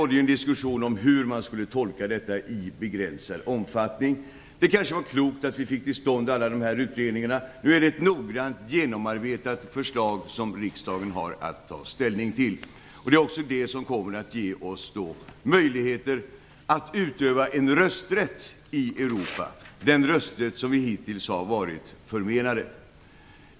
Det förs en diskussion om hur man skulle tolka begreppet "i begränsad omfattning". Det var kanske klokt att vi fick till stånd alla dessa utredningar. Det är nu ett noggrant och genomarbetat förslag som riksdagen har att ta ställning till. Det är också det som kommer att ge oss möjligheter att utöva en rösträtt i Europa, den rösträtt som vi hittills har varit förmenade.